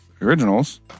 originals